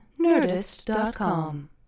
Nerdist.com